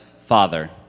Father